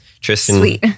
tristan